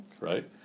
right